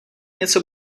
něco